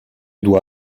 dois